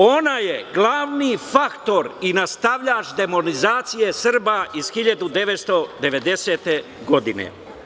Ona je glavni faktor i nastavljač demonizacije Srba iz 1990. godine.